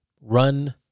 Run